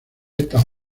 estas